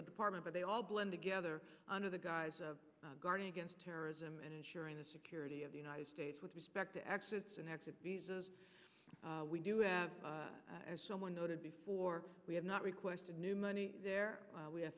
department but they all blend together under the guise of guarding against terrorism and ensuring the security of the united states with respect to exits and exit visas we do have as someone noted before we have not requested new money there we have